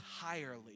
entirely